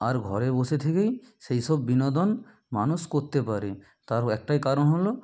আর ঘরে বসে থেকেই সেই সব বিনোদন মানুষ করতে পারে তার একটাই কারণ হল